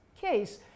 case